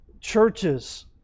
churches